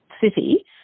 city